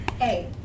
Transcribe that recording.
Hey